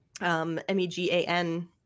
M-E-G-A-N